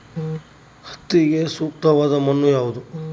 ಹತ್ತಿಗೆ ಸೂಕ್ತವಾದ ಮಣ್ಣು ಯಾವುದು?